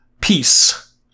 Peace